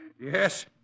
Yes